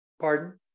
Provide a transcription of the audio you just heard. Pardon